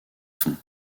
fonds